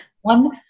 one